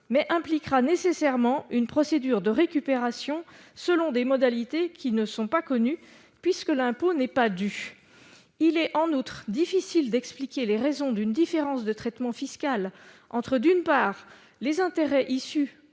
mais impliquera nécessairement une procédure de récupération selon des modalités qui ne sont pas connues, puisque l'impôt n'est pas dû. Il est, en outre, difficile d'expliquer les raisons d'une différence de traitement fiscal entre, d'une part, les intérêts issus